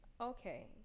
Okay